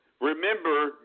remember